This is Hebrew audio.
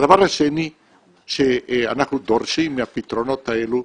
הדבר השני שאנחנו דורשים מהפתרונות האלה,